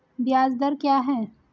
ब्याज दर क्या है?